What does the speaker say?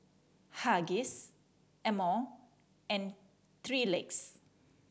Huggies Amore and Three Legs